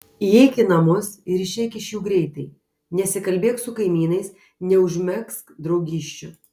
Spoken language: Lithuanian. įeik į namus ir išeik iš jų greitai nesikalbėk su kaimynais neužmegzk draugysčių